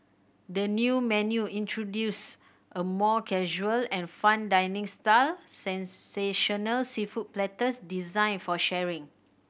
the new menu introduce a more casual and fun dining style sensational seafood platters designed for sharing